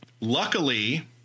luckily